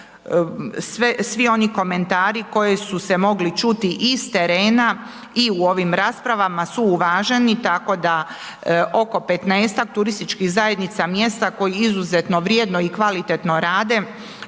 svi oni komentari koji su se mogli čuti iz terena i u ovim raspravama su uvaženi tako da oko 15-ak turističkih zajednica mjesta koji izuzetno vrijedno i kvalitetno rade,